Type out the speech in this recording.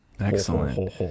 Excellent